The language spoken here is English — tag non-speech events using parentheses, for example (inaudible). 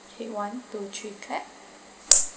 okay one two three clap (noise)